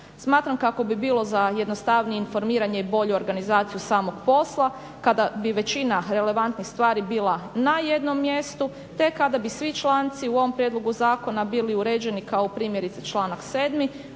Smatram kako bi bilo za jednostavnije informiranje i bolju organizaciju samog posla kada bi većina relevantnih stvari bila na jednom mjestu te kada bi svi članci u ovom prijedlogu zakona bili uređeni kao primjerice članak 7.koji